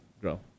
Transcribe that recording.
grow